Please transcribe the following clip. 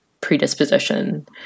predisposition